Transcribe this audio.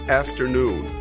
afternoon